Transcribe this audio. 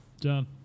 Done